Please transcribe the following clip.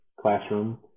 classroom